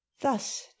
thus